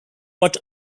what